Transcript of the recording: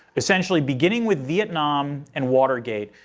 essentially beginning with vietnam and watergate,